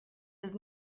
does